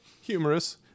humorous